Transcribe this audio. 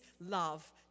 love